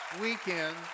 weekend